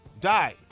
died